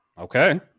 Okay